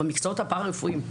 במקצועות הפרא-רפואיים,